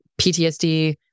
PTSD